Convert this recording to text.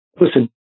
listen